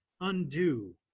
undo